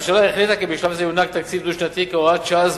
הממשלה החליטה כי בשלב זה יונהג תקציב דו-שנתי כהוראת שעה,